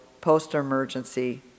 post-emergency